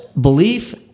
Belief